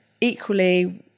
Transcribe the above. equally